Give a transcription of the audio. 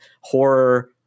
horror